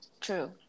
true